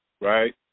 right